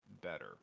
better